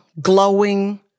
glowing